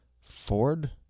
Ford